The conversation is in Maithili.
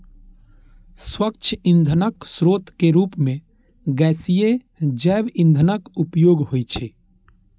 स्वच्छ ईंधनक स्रोत के रूप मे गैसीय जैव ईंधनक उपयोग होइ छै